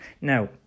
now